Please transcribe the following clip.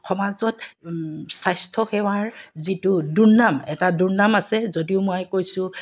সমাজত স্বাস্থ্যসেৱাৰ যিটো দুৰ্নাম এটা দুৰ্নাম আছে যদিও মই কৈছোঁ